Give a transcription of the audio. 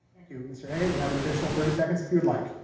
you. mister haggit, you have an additional thirty seconds, if you would like.